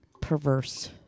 perverse